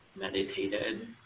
meditated